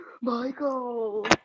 michael